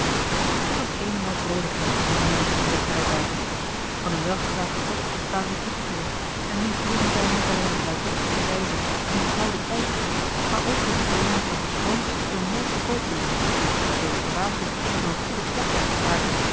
het was een en al vroolijkheid in de nederzetting der vrijbuiters van een welgeslaagden tocht waren zij teruggekeerd en nu vierden zij niet alleen op luidruchtige wijze hun behouden thuiskomst maar ook werd de kolonie overstroomd door moorsche kooplieden die reeds gewaarschuwd dat er een goede slag was geslagen